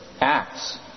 Acts